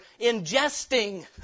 ingesting